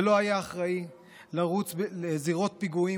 זה לא היה אחראי לרוץ לזירות פיגועים